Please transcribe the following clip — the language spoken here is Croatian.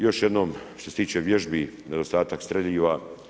Još jednom, što se tiče vježbi, nedostatak streljiva.